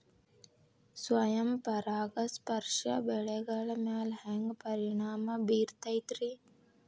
ಸ್ವಯಂ ಪರಾಗಸ್ಪರ್ಶ ಬೆಳೆಗಳ ಮ್ಯಾಲ ಹ್ಯಾಂಗ ಪರಿಣಾಮ ಬಿರ್ತೈತ್ರಿ?